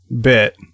bit